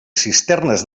cisternes